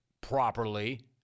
properly